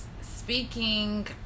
speaking